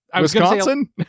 Wisconsin